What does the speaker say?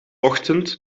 ochtend